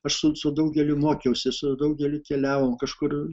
aš su su daugeliu mokiausi su daugeliu keliavom kažkur